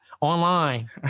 online